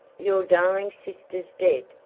your darling sister's dead,